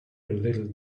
little